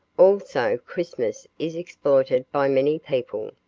also christmas is exploited by many people.